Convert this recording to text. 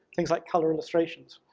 things like color illustrations,